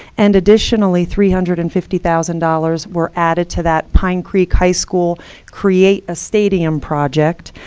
and additionally, three hundred and fifty thousand dollars were added to that pine creek high school create a stadium project,